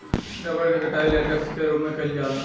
rubber क कटाई latex क रूप में कइल जाला